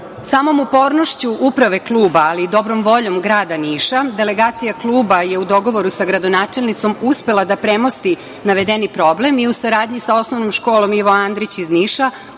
upornošću uprave kluba, ali i dobrom voljom grada Niša delegacija kluba je u dogovoru sa gradonačelnicom uspela da premosti navedeni problem i u saradnji sa osnovnom školom „Ivo Andrić“ iz Niša